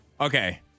Okay